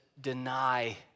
deny